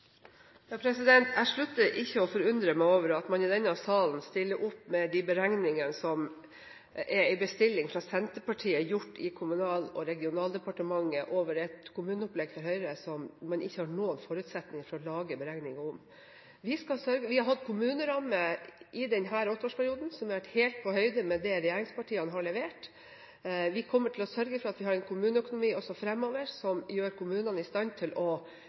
Jeg slutter ikke å forundre meg over at man i denne salen stiller opp med disse beregningene som er en bestilling fra Senterpartiet, gjort i Kommunal- og regionaldepartementet, over et kommuneopplegg fra Høyre som man ikke har noen forutsetninger for å lage beregninger om. Vi har hatt kommunerammer i denne åtteårsperioden som har vært helt på høyde med det regjeringspartiene har levert. Vi kommer til å sørge for at vi har en kommuneøkonomi også fremover som gjør kommunene i stand til å